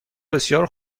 بسیار